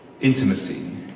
Intimacy